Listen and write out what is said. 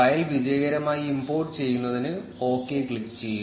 file വിജയകരമായി import ചെയ്യുന്നതിന് okay click ചെയ്യുക